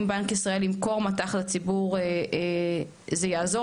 אם בנק ישראל ימכור מט"ח לציבור זה יעזור,